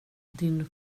din